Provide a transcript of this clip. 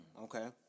Okay